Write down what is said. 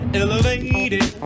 elevated